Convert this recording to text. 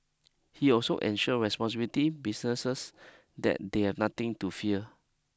he also ensure responsibility businesses that they had nothing to fear